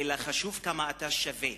אלא חשוב כמה אתה שווה.